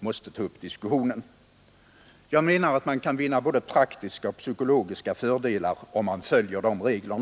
måste ta upp diskussionen på ett mycket tidigt stadium. Jag menar att man kan vinna både praktiska och psykologiska fördelar om man följer dessa regler.